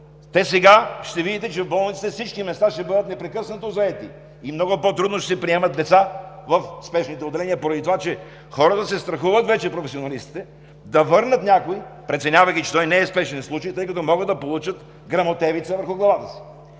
сега ще видите, че в болниците всички места непрекъснато ще бъдат заети и много по-трудно ще се приемат деца в спешните отделения, поради това че професионалистите вече се страхуват да върнат някои, преценявайки, че той не е спешен случай, тъй като могат да получат гръмотевица върху главата си.